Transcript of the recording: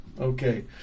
Okay